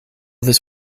this